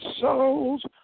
souls